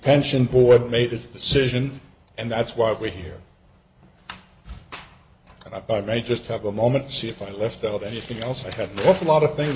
pension board made this decision and that's why we're here and i thought i may just have a moment to see if i left out anything else i have awful lot of things